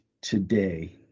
today